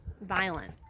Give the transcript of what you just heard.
Violent